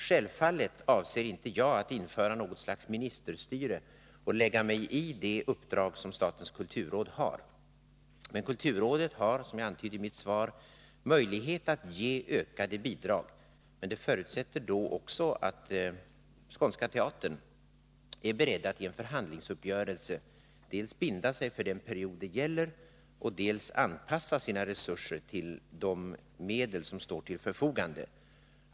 Självfallet avser jag inte att införa något slags ministerstyre och lägga mig i de uppdrag som statens kulturråd har. Men kulturrådet har, som jag antydde i mitt svar, möjlighet att ge ökade bidrag, men det förutsätter också att Skånska Teatern är beredd att i en förhandlingsuppgörelse dels binda sig för den period det gäller, dels anpassa sina resurser till de medel som står till förfogande.